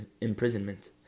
imprisonment